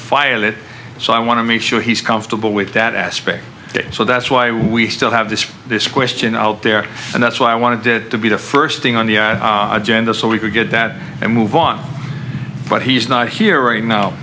file it so i want to make sure he's comfortable with that aspect so that's why we still have this this question out there and that's why i wanted it to be the first thing on the agenda so we could get that and move on but he's not here right now